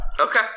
Okay